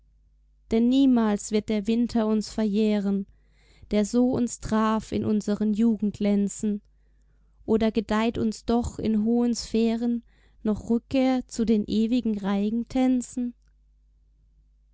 denn niemals wird der winter uns verjähren der so uns traf in unseren jugend lenzen oder gedeiht uns doch in hohen sphären noch rückkehr zu den ewigen reigen tänzen